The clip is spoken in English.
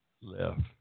left